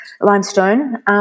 limestone